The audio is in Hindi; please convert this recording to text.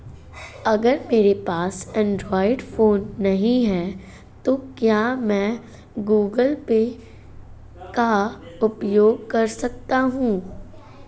अगर मेरे पास एंड्रॉइड फोन नहीं है तो क्या मैं गूगल पे का उपयोग कर सकता हूं?